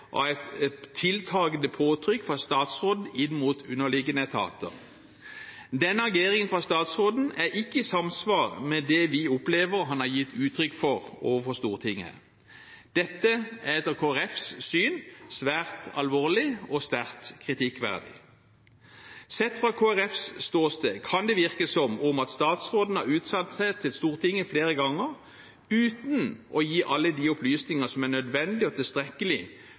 et tiltakende påtrykk fra statsråden inn mot underliggende etater. Den ageringen fra statsråden er ikke i samsvar med det vi opplever han har gitt uttrykk for overfor Stortinget. Dette er etter Kristelig Folkepartis syn svært alvorlig og sterkt kritikkverdig. Sett fra Kristelig Folkepartis ståsted kan det virke som om statsråden har uttalt seg til Stortinget flere ganger, uten å gi alle de opplysninger som er nødvendig og tilstrekkelig